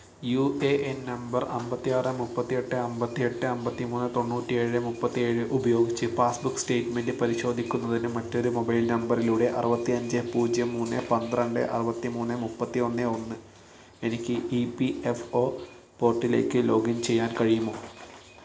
U A N number അമ്പത്തിയാറ് മുപ്പത്തിയെട്ട് അമ്പത്തിയെട്ട് അമ്പത്തിമൂന്ന് തൊണ്ണൂറ്റിയേഴ് മുപ്പത്തിയേഴ് ഉപയോഗിച്ച് പാസ്ബുക്ക് സ്റ്റേറ്റ്മെന്റ് പരിശോധിക്കുന്നതിന് മറ്റൊരു മൊബൈൽ നമ്പറിലൂടെ അറുപത്തിയഞ്ച് പൂജ്യം മൂന്ന് പന്ത്രണ്ട് അറുപത്തിമൂന്ന് മൂപ്പത്തിയൊന്ന് ഒന്ന് എനിക്ക് ഇ പി എഫ് ഒ പോർട്ടലിലേക്ക് ലോഗിൻ ചെയ്യാൻ കഴിയുമോ